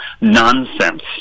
nonsense